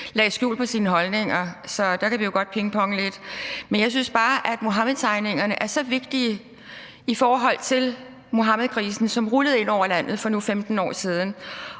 lagde skjul på sine holdninger. Så det kan vi jo godt pingponge lidt om. Jeg synes bare, at Muhammedtegningerne er så vigtige i forhold til Muhammedkrisen, som rullede ind over landet for nu 15 år siden.